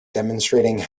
demonstrating